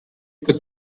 could